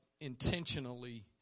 intentionally